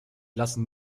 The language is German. lassen